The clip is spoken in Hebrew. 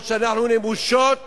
או שאנחנו נמושות